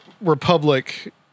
republic